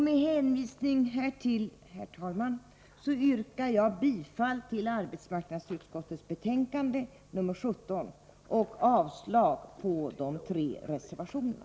Med hänvisning härtill, herr talman, yrkar jag bifall till arbetsmarknadsutskottets betänkande 17 och avslag på de tre reservationerna.